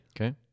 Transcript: Okay